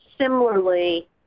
similarly